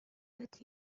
but